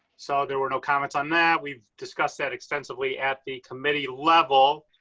so there were no comments on that. we've discussed that extensively at the committee level.